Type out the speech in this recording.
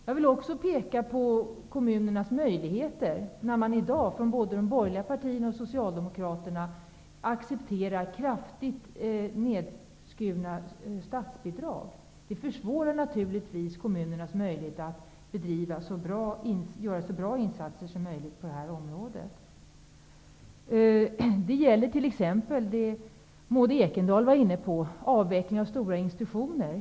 Jag vill vidare peka på kommunernas försämrade möjligheter, där man i dag från både de borgerliga partierna och Socialdemokraterna accepterar kraftigt nedskurna statsbidrag. Det försvårar naturligtvis kommunernas möjligheter att göra så bra insatser som möjligt på det här området. Det gäller t.ex. -- Maud Ekendahl var inne på det -- avveckling av stora instituioner.